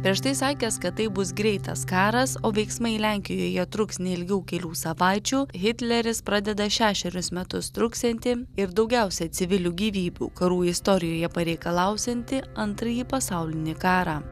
prieš tai sakęs kad tai bus greitas karas o veiksmai lenkijoje truks ne ilgiau kelių savaičių hitleris pradeda šešerius metus truksiantį ir daugiausiai civilių gyvybių karų istorijoje pareikalausianti antrąjį pasaulinį karą